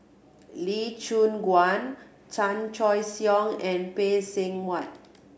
Lee Choon Guan Chan Choy Siong and Phay Seng Whatt